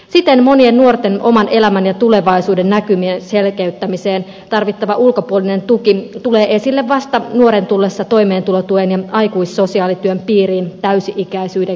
siten monien nuorten oman elämän ja tulevaisuudennäkymien selkeyttämiseen tarvittava ulkopuolinen tuki tulee esille vasta nuoren tullessa toimeentulotuen ja aikuissosiaalityön piiriin täysi ikäisyyden kynnyksellä